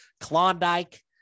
Klondike